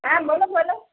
હા બોલો બોલો